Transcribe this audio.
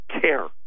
care